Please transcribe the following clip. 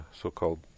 so-called